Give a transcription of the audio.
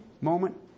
moment